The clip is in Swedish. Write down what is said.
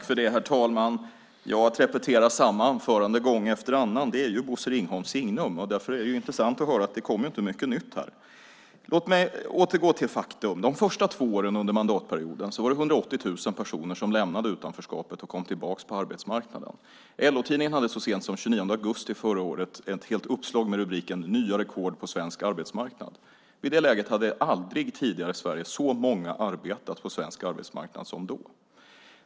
Herr talman! Att repetera samma anförande gång efter annan är Bosse Ringholms signum, och därför är det intressant att höra att det inte kom mycket nytt. Låg mig återgå till fakta. De första två åren under mandatperioden var det 180 000 personer som lämnade utanförskapet och kom tillbaka till arbetsmarknaden. LO-tidningen hade så sent som den 29 augusti förra året ett helt uppslag med rubriken Nya rekord på svensk arbetsmarknad. I det läget hade aldrig tidigare så många arbetat på svensk arbetsmarknad som då.